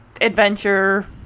adventure